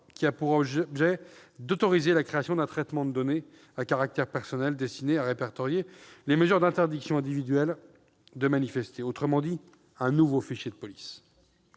qui a pour objet d'autoriser la création d'un traitement de données à caractère personnel destiné à répertorier les mesures d'interdiction individuelle de manifester. Il s'agit, autrement dit, d'un nouveau fichier de police.